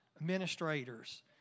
administrators